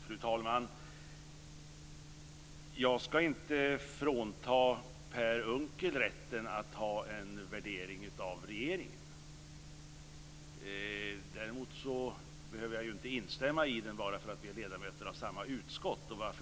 Fru talman! Jag ska inte frånta Per Unckel rätten att ha en värdering av regeringen. Däremot behöver jag inte instämma i den bara för att vi är ledamöter av samma utskott.